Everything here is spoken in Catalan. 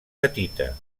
petita